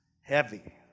heavy